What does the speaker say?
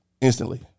instantly